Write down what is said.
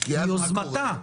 ביוזמתה